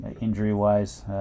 injury-wise